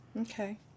Okay